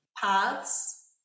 paths